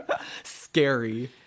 scary